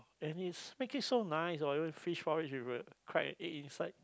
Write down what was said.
and is make it so nice or even fish porridge you would crack a egg inside